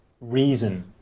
reason